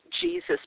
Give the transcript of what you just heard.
Jesus